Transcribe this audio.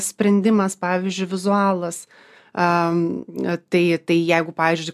sprendimas pavyzdžiui vizualas am tai tai jeigu pavyzdžiui